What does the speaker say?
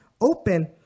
open